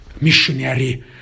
missionary